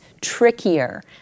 trickier